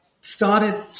started-